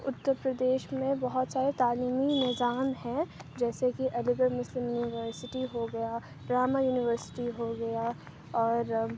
اتر پردیش میں بہت سارے تعلیمی نظام ہیں جیسے کہ علی گڑھ مسلم یونیورسٹی ہو گیا راما یونیورسٹی ہو گیا اور